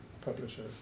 publisher